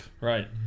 right